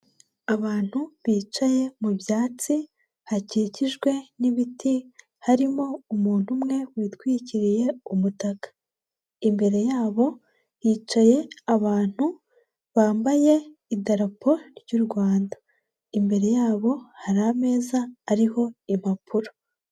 Abantu bicaye mu byatsi hakikijwe n'ibiti harimo umuntu umwe witwikiriye umutaka, imbere yabo hicaye abantu bambaye idarapo ry'u Rwanda, imbere yabo hari ameza ariho impapuro.